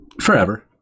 Forever